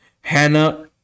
Hannah